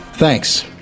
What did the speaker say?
Thanks